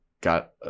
got